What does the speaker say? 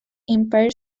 empire